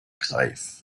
greif